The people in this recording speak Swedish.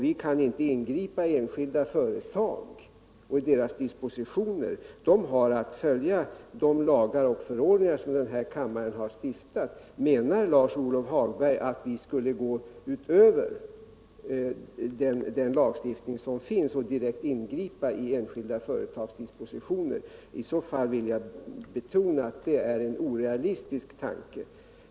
Vi kan inte ingripa i enskilda företag och i deras dispositioner. De har att följa de lagar och förordningar som riksdagen har stiftat. Menar Lars-Ove Hagberg att vi skulle gå utöver den lagstiftning som finns och direkt ingripa i enskilda företags dispositioner? Jag vill betona att det i så fall är en orealistisk tanke.